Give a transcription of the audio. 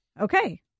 Okay